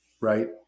right